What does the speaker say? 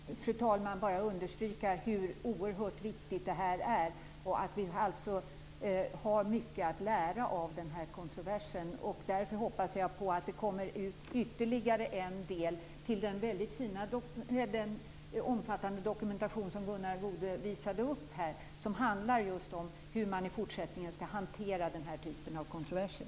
Fru talman! Jag vill bara understryka hur oerhört viktigt det här är och säga att vi har mycket att lära av den här kontroversen. Därför hoppas jag att det kommer ut ytterligare en del i den omfattande dokumentation som Gunnar Goude visade. Den handlar just om hur man i fortsättningen skall hantera den här typen av kontroverser.